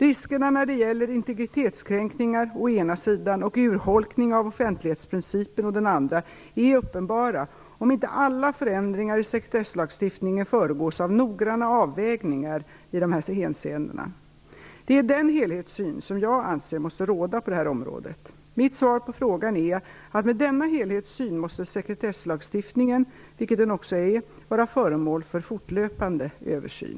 Riskerna när det gäller integritetskränkningar å ena sidan och urholkning av offentlighetsprincipen å den andra är uppenbara om inte alla förändringar i sekretesslagstiftningen föregås av noggranna avvägningar i dessa hänseenden. Det är den helhetssyn som jag anser måste råda på detta område. Mitt svar på frågan är att med denna helhetssyn måste sekretesslagstiftningen - vilket den också är - vara föremål för fortlöpande översyn.